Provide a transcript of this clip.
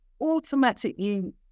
automatically